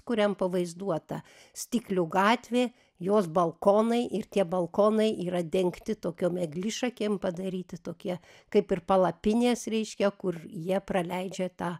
kuriam pavaizduota stiklių gatvė jos balkonai ir tie balkonai yra dengti tokiom eglišakėm padaryti tokie kaip ir palapinės reiškia kur jie praleidžia tą